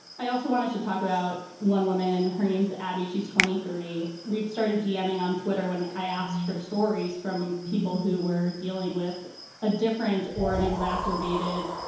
i also wanted to talk about one woman. her name's abby. she's twenty three. we've started demming on twitter when i asked for stories from people who were dealing with a different or an exacerbated,